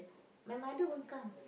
my mother won't come